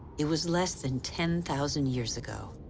it was less than ten thousand years ago.